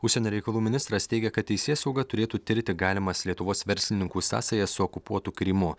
užsienio reikalų ministras teigia kad teisėsauga turėtų tirti galimas lietuvos verslininkų sąsajas su okupuotu krymu